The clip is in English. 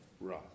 Right